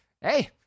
hey